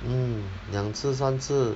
mm 两次三次